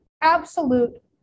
absolute